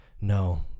No